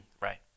Right